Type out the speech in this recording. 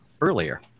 earlier